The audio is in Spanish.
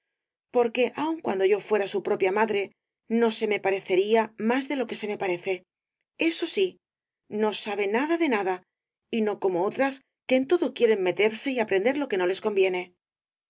porque aun cuando yo fuera su propia madre no se me parecería más de lo que se me parece eso sí no sabe nada de nada y no como otras que en todo quieren meterse y aprender lo que no les conviene